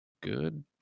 good